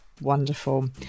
Wonderful